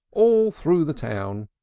all through the town!